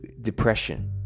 depression